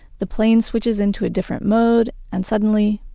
the plane switches into a different mode and suddenly,